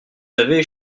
avez